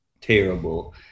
terrible